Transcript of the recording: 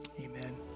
Amen